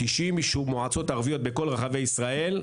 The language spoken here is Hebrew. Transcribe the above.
90 מועצות הערביות בכל רחבי ישראל,